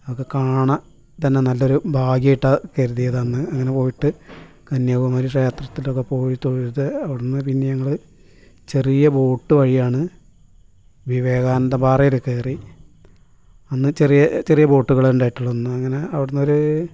അതൊക്കെ കാണാൻ തന്നെ നല്ലൊരു ഭാഗ്യായിട്ടാണ് കരുതിയത് അന്ന് അങ്ങനെ പോയിട്ട് കന്യാകുമാരി ക്ഷേത്രത്തിലൊക്കെ പോയി തൊഴുത് അവിടുന്ന് പിന്നെ ഞമ്മൾ ചെറിയ ബോട്ട് വഴിയാണ് വിവേകാനന്ദ പാറയിൽ കയറി അന്ന് ചെറിയ ചെറിയ ബോട്ടുകളെ ഉണ്ടായിട്ടുള്ളൂ അന്നങ്ങനെ അവിടുന്നൊരു